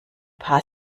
paar